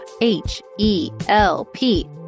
H-E-L-P